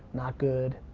not good.